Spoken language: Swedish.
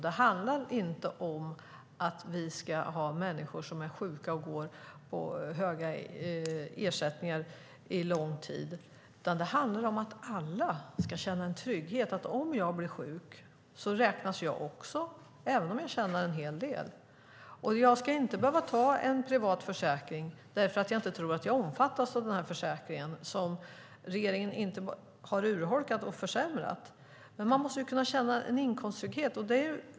Det handlar inte om att vi ska ha människor som är sjuka och går på höga ersättningar under lång tid, utan det handlar om att alla ska känna en trygghet: Om jag blir sjuk räknas också jag, även om jag tjänar en hel del. Jag ska inte behöva ta en privat försäkring därför att jag tror att jag inte omfattas av den försäkring som regeringen har urholkat och försämrat. Man måste kunna känna en inkomsttrygghet.